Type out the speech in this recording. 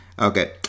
Okay